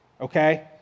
okay